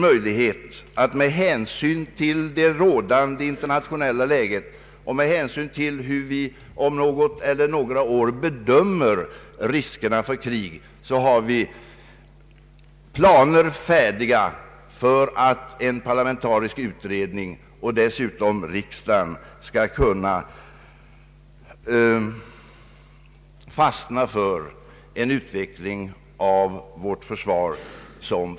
Med hänsyn till det rådande internationella läget och med hänsyn till hur vi om något eller några år bedömer riskerna för krig blir det möjligt för en parlamentarisk utredning och för riksdagen att bestämma sig för en utveckling av vårt försvar i enlighet med dessa planer.